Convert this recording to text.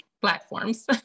platforms